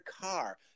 car